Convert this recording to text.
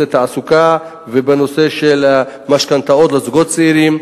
התעסוקה ובתחום של משכנתאות לזוגות צעירים.